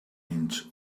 inch